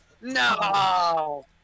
No